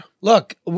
Look